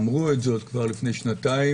אמרו את זאת כבר לפני שנתיים,